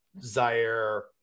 Zaire